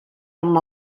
amb